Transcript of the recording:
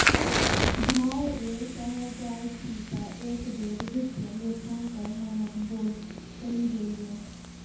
भाय रे शहर जाय छी तँ एक बेर वित्तीय लेखांकन मानक बोर्ड चलि जइहै